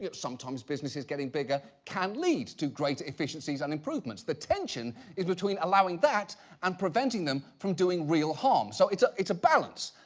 sometimes businesses getting bigger can lead to greater efficiencies and improvements. the tension is between allowing that and preventing them from doing real harm. so it's a it's a balance.